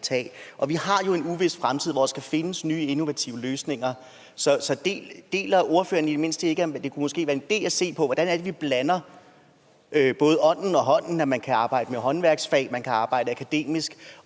vi har jo en uvis fremtid, hvor der skal findes nye innovative løsninger. Så synes ordføreren i det mindste ikke, det måske kunne være en idé at se på, hvordan det er, vi blander ånden og hånden, og at man kan arbejde med håndværksfag, og at man kan arbejde akademisk,